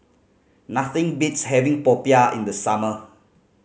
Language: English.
nothing beats having popiah in the summer